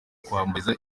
kwambara